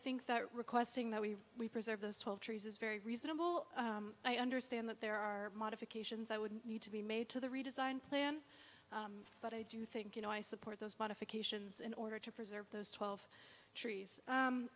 think that requesting that we we preserve those twelve trees is very reasonable i understand that there are modifications i would need to be made to the redesign plan but i do think you know i support those modifications in order to preserve those twelve trees